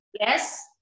Yes